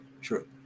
true